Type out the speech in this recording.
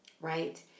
right